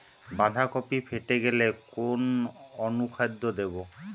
বাঁধাকপি ফেটে গেলে কোন অনুখাদ্য দেবো?